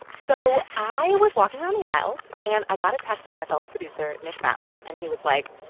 so i was walking around the aisles, and i got a text from my fellow producer nick fountain. and he was like,